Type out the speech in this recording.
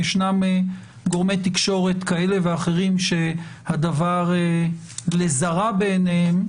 אם ישנם גורמי תקשורת כאלה ואחרים שהדבר לזרא בעיניהם,